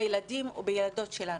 בילדים ובילדות שלנו.